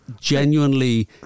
genuinely